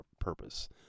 purpose